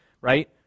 right